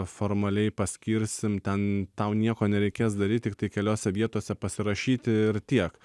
formaliai paskirsim ten tau nieko nereikės daryt tiktai keliose vietose pasirašyti ir tiek